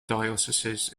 dioceses